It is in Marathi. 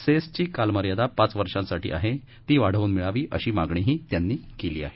सेसची कालमर्यादा पाच वर्षांसाठी आहे ती वाढवून मिळावी अशी मागणीही त्यांनी केली आहे